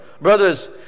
Brothers